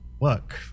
Work